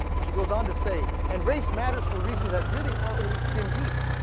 she goes on to say, and race matters for reasons that really are only skin deep,